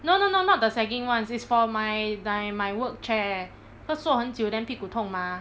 no no no not the sagging [one's] it's for my my my work chair cause 坐很久 then 屁股痛 mah